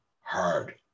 hard